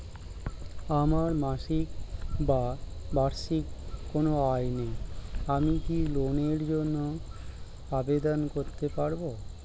আমার মাসিক বা বার্ষিক কোন আয় নেই আমি কি লোনের জন্য আবেদন করতে পারব?